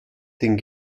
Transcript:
den